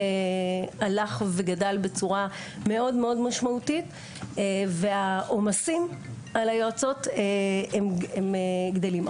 הלך וגדל בצורה מאוד מאוד משמעותית והעומסים על היועצות הם גדלים.